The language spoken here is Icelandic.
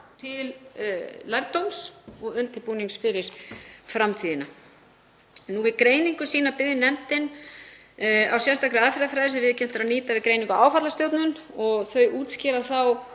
til lærdóms og undirbúnings fyrir framtíðina. Við greiningu sína byggði nefndin á sérstakri aðferðafræði sem viðurkennt er að nýta við að greina áfallastjórnun og þau útskýra þá